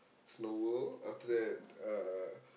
Snow-World after that uh